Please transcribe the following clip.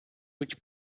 which